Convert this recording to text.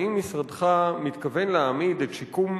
האם משרדך מתכוון להעמיד את שיקום